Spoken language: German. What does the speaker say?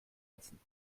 lassen